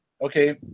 Okay